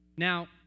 Now